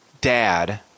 dad